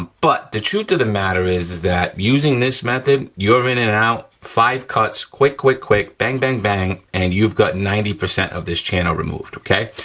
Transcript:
but the truth of the matter is, is that using this method, you're in and out, five cuts, quick, quick, bang, bang, bang, and you've got ninety percent of this channel removed, okay?